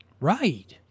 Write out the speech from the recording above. right